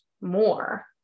more